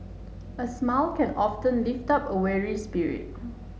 a smile can often lift up a weary spirit